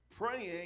praying